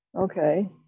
Okay